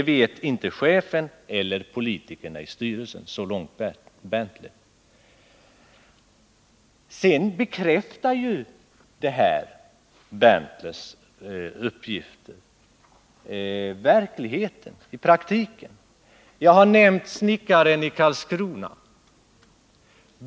Det vet inte chefen eller politikerna i styrelsen.” Berntlers uppgifter bekräftas ju i praktiken. Jag har nämnt snickaren i Karlskrona.